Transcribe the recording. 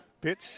Pitch